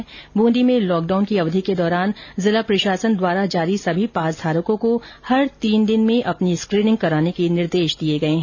इधर बूंदी में lockdown की अवधि के दौरान जिला प्रशासन द्वारा जारी सभी पासधारकों को हर तीन दिन में अपनी स्क्रीनिंग कराने के निर्देश दिए गए हैं